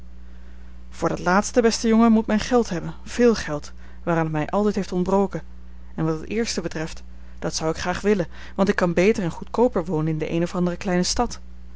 voor dat laatste beste jongen moet men geld hebben veel geld waaraan het mij altijd heeft ontbroken en wat het eerste betreft dat zou ik graag willen want ik kan beter en goedkooper wonen in de eene of andere kleine stad